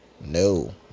no